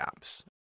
apps